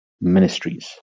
Ministries